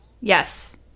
Yes